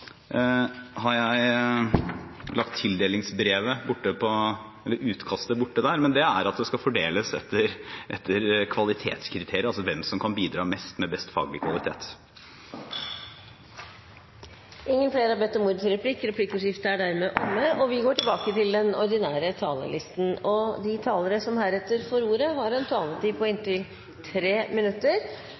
har jeg lagt utkastet til tildelingsbrevet der borte – er at det skal fordeles etter kvalitetskriteriet, altså hvem som kan bidra mest med best faglig kvalitet. Replikkordskiftet er omme. De talere som heretter får ordet, har en taletid på inntil 3 minutter. Det har tidligere i denne salen vært en debatt omkring den nordnorske krigshistorien i forbindelse med en interpellasjon fra representanten Bergstø, en